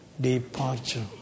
departure